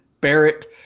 Barrett